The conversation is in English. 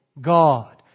God